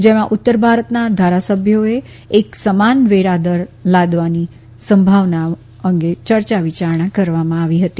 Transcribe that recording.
જેમાં ઉત્તર ભારતના ધારાસભ્યોએ એક સમાન વેરા દર લાવવાની સંભાવના અંગે ચર્ચા વિચારણા કરવામાં આવી હતી